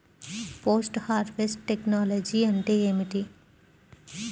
Post harvest technology అంటే ఏమిటి?